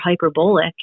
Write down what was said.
hyperbolic